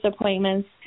appointments